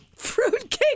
Fruitcake